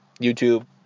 YouTube